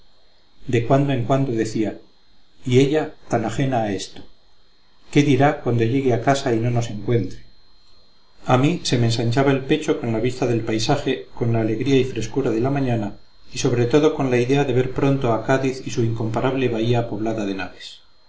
de cuando en cuando decía y ella tan ajena a esto qué dirá cuando llegue a casa y no nos encuentre a mí se me ensanchaba el pecho con la vista del paisaje con la alegría y frescura de la mañana y sobre todo con la idea de ver pronto a cádiz y su incomparable bahía poblada de naves